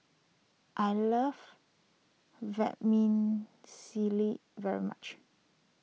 I love Vermicelli very much